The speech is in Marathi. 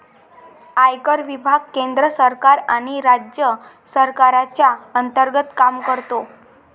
आयकर विभाग केंद्र सरकार आणि राज्य सरकारच्या अंतर्गत काम करतो